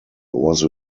was